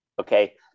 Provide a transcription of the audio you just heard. okay